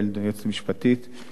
יועצת משפטית,